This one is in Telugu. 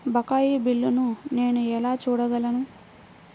బకాయి బిల్లును నేను ఎలా చూడగలను?